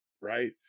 Right